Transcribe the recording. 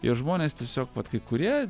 ir žmonės tiesiog vat kai kurie